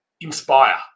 inspire